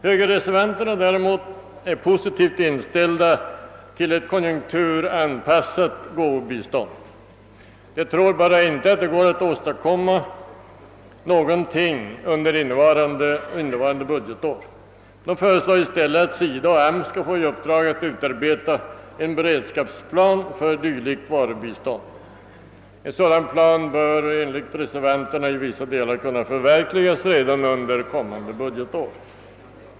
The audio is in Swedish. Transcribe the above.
Högerreservanterna däremot är positivt inställda till ett konjunkturanpassat gåvobistånd. De tror emellertid inte, att det går att åstadkomma någonting under innevarande budgetår, utan föreslår i stället att SIDA och arbetsmarknadsstyrelsen skall få i uppdrag att utarbeta en beredskapsplan för dylikt varubistånd. En sådan plan bör enligt högerreservanterna i vissa delar kunna förverkligas redan under nästa budgetår.